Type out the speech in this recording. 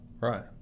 Right